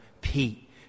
Pete